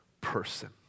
person